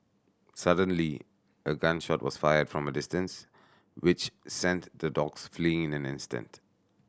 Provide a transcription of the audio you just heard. suddenly a gun shot was fired from a distance which sent the dogs fleeing in an instant